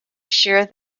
shear